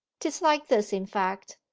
tis like this in fact.